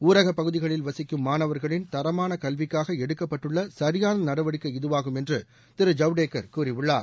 ஊரக பகுதிகளில் வசிக்கும் மாணவா்களின் தரமான கல்விக்காக எடுக்கப்பட்டுள்ள சரியான நடவடிக்கை இதுவாகும் என்று திரு ஜவடேக்கர் கூறியுள்ளார்